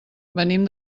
venim